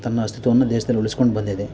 ತನ್ನ ಅಸ್ತಿತ್ವವನ್ನು ದೇಶದಲ್ಲಿ ಉಳಿಸ್ಕೊಂಡು ಬಂದಿದೆ